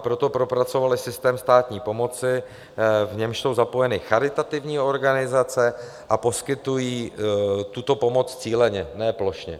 Proto propracovali systém státní pomoci, v němž jsou zapojeny charitativní organizace, a poskytují tuto pomoc cíleně, ne plošně.